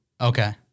Okay